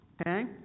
Okay